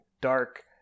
Dark